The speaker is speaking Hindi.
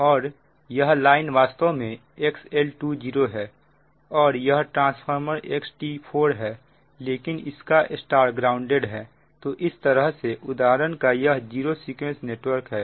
और यह लाइन वास्तव में XL20 है और यह ट्रांसफार्मर XT4 है लेकिन इसका Y ग्राउंडेड है तो इस तरह से उदाहरण का यह जीरो सीक्वेंस नेटवर्क है